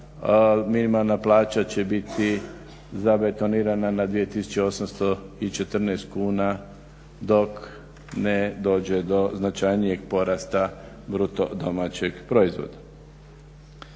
minimalna plaća će biti zabetonirana na 2814 kuna dok ne dođe do značajnijeg porasta BDP-a. Kad govorimo